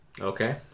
Okay